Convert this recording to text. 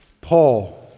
Paul